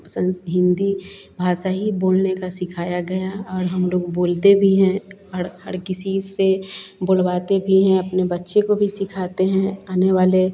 sons Hindi भाषा ही बोलने का सिखाया गया और हम लोग बोलते भी हैं और हर किसी से बुलवाते भी हैं अपने बच्चे को भी सिखाते हैं आने वाले